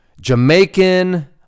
Jamaican